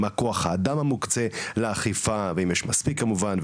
מה כוח האדם המוקצה לאכיפה והאם יש מספיק כמובן,